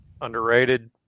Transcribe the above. Underrated